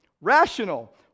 rational